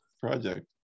project